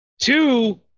two